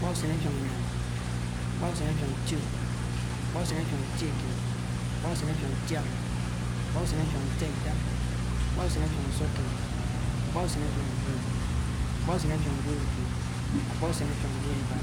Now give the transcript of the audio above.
affiong ináng, affiong ition, affiong itiokeed, affiong itiaba, affiong itiaita, affiong usikekeed, affiong duop, affiong duolokeed, affiong duoloiba,